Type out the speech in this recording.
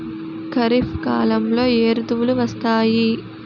ఖరిఫ్ కాలంలో ఏ ఋతువులు వస్తాయి?